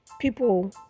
People